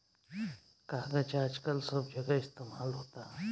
कागज आजकल सब जगह इस्तमाल होता